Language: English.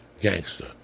gangster